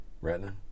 Retina